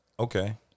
Okay